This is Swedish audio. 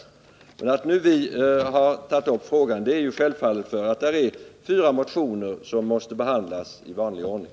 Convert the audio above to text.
Anledningen till att vi har tagit upp frågan är självfallet den att det finns fyra motioner som måste behandlas i vanlig ordning.